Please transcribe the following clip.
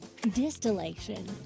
Distillation